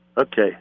Okay